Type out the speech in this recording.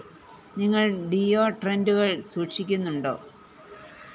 നിങ്ങൾ ഡിയോഡ്രൻ്റുകൾ സൂക്ഷിക്കുന്നുണ്ടോ